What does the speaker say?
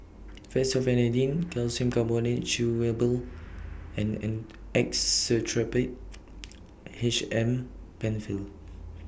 Fexofenadine Calcium Carbonate Chewable and Actrapid H M PenFill